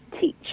teach